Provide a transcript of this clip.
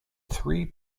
three